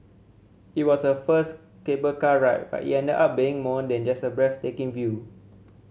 it was her first cable car ride but it ended up being more than just a breathtaking view